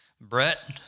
Brett